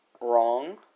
wrong